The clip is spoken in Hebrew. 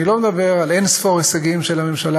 אני לא מדבר על אין-ספור הישגים של הממשלה